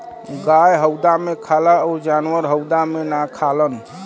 गाय हउदा मे खाला अउर जानवर हउदा मे ना खालन